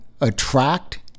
attract